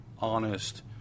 honest –